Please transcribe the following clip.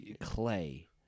clay